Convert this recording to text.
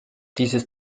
dieses